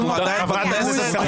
זו דמוקרטיה.